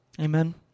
Amen